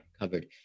covered